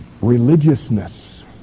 religiousness